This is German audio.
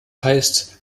heißt